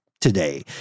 Today